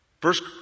First